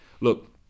look